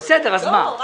בסדר, אז מה?